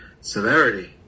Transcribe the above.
severity